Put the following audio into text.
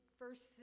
first